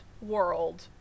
world